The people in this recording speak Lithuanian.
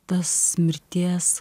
tas mirties